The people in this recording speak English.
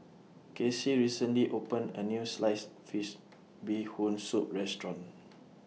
Casie recently opened A New Sliced Fish Bee Hoon Soup Restaurant